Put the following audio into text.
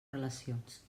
relacions